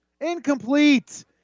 Incomplete